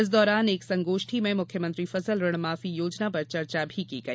इस दौरान एक संगोष्ठी में मुख्यमंत्री फसल ऋण माफी योजना पर चर्चा भी की गई